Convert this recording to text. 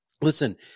listen